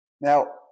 Now